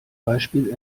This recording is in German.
beispiel